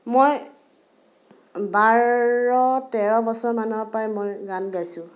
মই বাৰ তেৰ বছৰমানৰ পৰাই মই গান গাইছোঁ